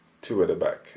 two-at-the-back